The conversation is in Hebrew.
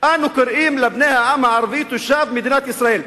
"אנו קוראים לבני העם הערבי תושבי מדינת ישראל".